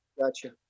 Gotcha